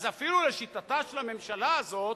אז אפילו לשיטתה של הממשלה הזאת,